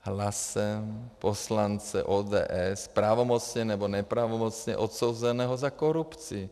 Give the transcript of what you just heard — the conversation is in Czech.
Hlasem poslance ODS pravomocně nebo nepravomocně odsouzeného za korupci.